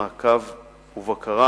מעקב ובקרה.